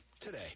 today